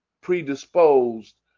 predisposed